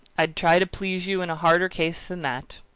i'd try to please you in a harder case than that.